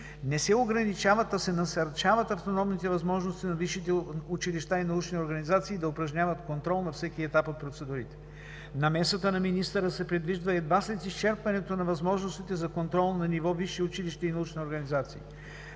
Не се ограничават, а се насърчават автономните възможности на висшите училища и научни организации да упражняват контрол на всеки етап от процедурите. Намесата на министъра се предвижда едва след изчерпването на възможностите за контрол на ниво висши училища и научни организации.